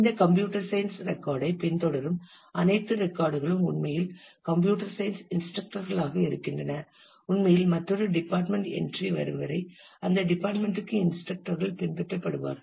இந்த computer science record ஐ பின்தொடரும் அனைத்து ரெக்கார்ட் களும் உண்மையில் கம்ப்யூட்டர் சயின்ஸ் இன்ஸ்ரக்டர்களாக இருக்கின்றன உண்மையில் மற்றொரு டிபார்ட்மெண்ட் என்றி வரும் வரை அந்த டிபார்ட்மெண்ட்க்கு இன்ஸ்ரக்டர்கள் பின்பற்றப்படுவார்கள்